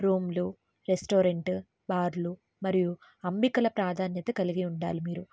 రూమ్లు రెస్టారెంట్ బార్లు మరియు అంబికల ప్రాధాన్యత కలిగి ఉండాలి మీరు